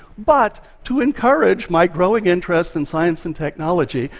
but to encourage my growing interest in science and technology,